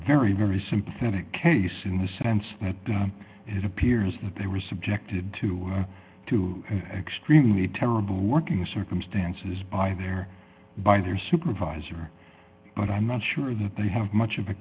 very very sympathetic case in the sense that it appears that they were subjected to two extremely terrible working circumstances by their by their supervisor but i'm not sure that they have much of a